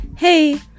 Hey